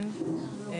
הבריאות